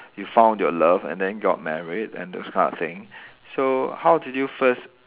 you found your love and then got married and those kind of thing so how did you first